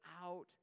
out